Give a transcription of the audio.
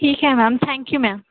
ठीक आहे ma'am thank you ma'am